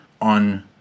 on